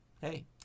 hey